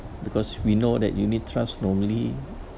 because we know that unit trust normally